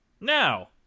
Now